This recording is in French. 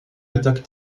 attaque